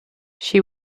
she